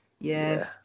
Yes